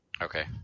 Okay